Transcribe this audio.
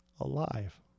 alive